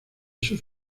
sus